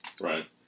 Right